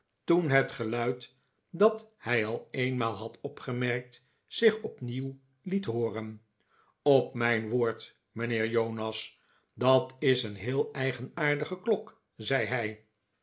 toen het geluid dat hij al eenmaal had opgemerkt zich opnieuw liet hooren op mijn woord mijnheer jonas dat is een heel eigenaardige klok zei hij